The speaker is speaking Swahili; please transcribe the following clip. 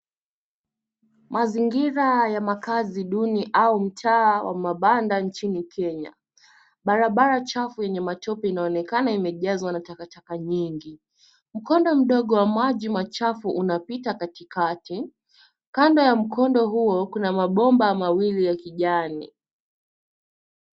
Mazingira ya makazi duni au mtaa wa mabanda inchini kenya. Barabara chafu yenye matope inaonekana imejazwa na takata nyingi. Mkondo mdogo wa maji machafu unapita katikati. Kando ya mkondo huo kuna mabomba mawili ya kijani.